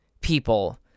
people